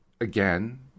again